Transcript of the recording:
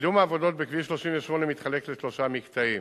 קידום העבודות בכביש 38 מתחלק לשלושה מקטעים: